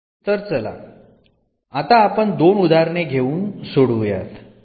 तर चला आता आपण दोन उदाहरणे घेऊन सोडवू यात